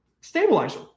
stabilizer